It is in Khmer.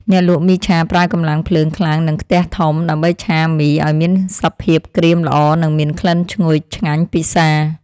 អ្នកលក់មីឆាប្រើកម្លាំងភ្លើងខ្លាំងនិងខ្ទះធំដើម្បីឆាមីឱ្យមានសភាពក្រៀមល្អនិងមានក្លិនឈ្ងុយឆ្ងាញ់ពិសារ។